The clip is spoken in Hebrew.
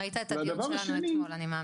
ראית את הדיון שלנו אתמול אני מאמינה.